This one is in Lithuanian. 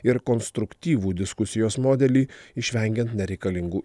ir konstruktyvų diskusijos modelį išvengiant nereikalingų